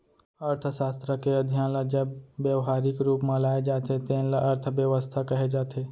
अर्थसास्त्र के अध्ययन ल जब ब्यवहारिक रूप म लाए जाथे तेन ल अर्थबेवस्था कहे जाथे